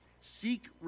Seek